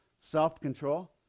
self-control